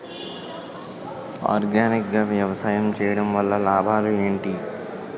Organic గా వ్యవసాయం చేయడం వల్ల లాభాలు ఏంటి?